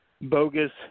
bogus –